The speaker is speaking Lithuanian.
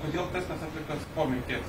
kodėl testas atliktas po mirties